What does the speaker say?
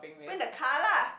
put in the car lah